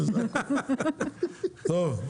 טוב.